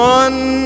one